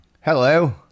Hello